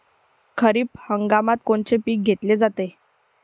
खरिप हंगामात कोनचे पिकं घेतले जाते?